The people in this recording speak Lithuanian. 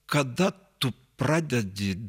kada tu pradedi